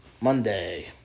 Monday